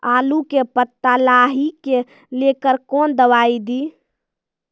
आलू के पत्ता लाही के लेकर कौन दवाई दी?